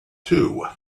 too